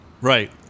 right